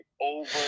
over